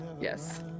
yes